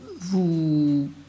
vous